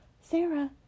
Sarah